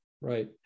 Right